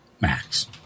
Max